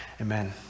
Amen